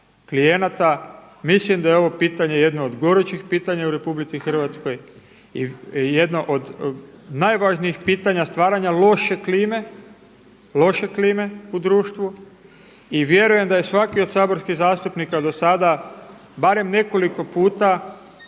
klijenata? Mislim da je ovo pitanje jedno od gorućih pitanja u Republici Hrvatskoj i jedno od najvažnijih pitanja stvaranja loše klime u društvu i vjerujem da je svaki od saborskih zastupnika do sada barem nekoliko puta